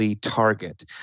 target